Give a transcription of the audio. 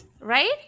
Right